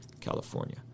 California